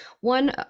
one